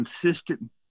consistent